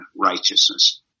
righteousness